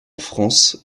france